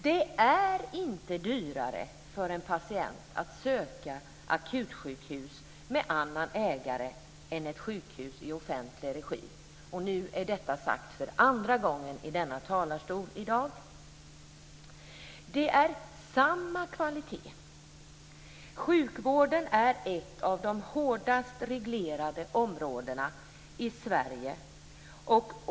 Det är inte dyrare för en patient att söka ett akutsjukhus med annan ägare än ett sjukhus som drivs i offentlig regi. Nu är detta sagt för andra gången i denna talarstol i dag. Det är samma kvalitet. Sjukvården är ett av de hårdast reglerade områdena i Sverige.